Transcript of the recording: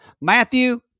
Matthew